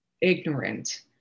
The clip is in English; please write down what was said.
ignorant